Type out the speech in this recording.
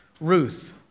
Ruth